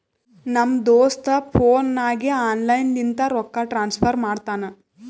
ನಮ್ ದೋಸ್ತ ಫೋನ್ ನಾಗೆ ಆನ್ಲೈನ್ ಲಿಂತ ರೊಕ್ಕಾ ಟ್ರಾನ್ಸಫರ್ ಮಾಡ್ತಾನ